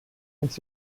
uns